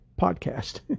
podcast